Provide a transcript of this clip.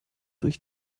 durch